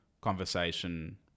conversation